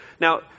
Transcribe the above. Now